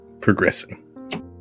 progressing